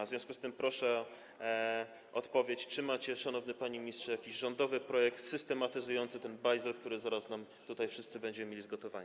W związku z tym proszę o odpowiedź: Czy macie, szanowny panie ministrze, jakiś rządowy projekt systematyzujący ten bajzel, który wszyscy tutaj zaraz będziemy mieli zgotowany?